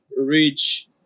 reach